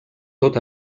tot